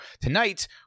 tonight